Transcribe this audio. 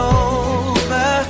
over